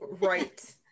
right